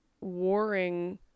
warring